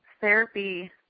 therapy